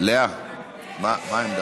גם השר חיים כץ נגד.